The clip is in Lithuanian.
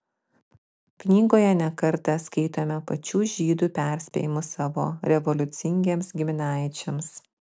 knygoje ne kartą skaitome pačių žydų perspėjimus savo revoliucingiems giminaičiams